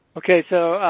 okay. so,